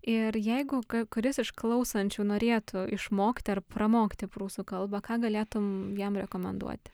ir jeigu kuris iš klausančių norėtų išmokti ar pramokti prūsų kalbą ką galėtum jam rekomenduoti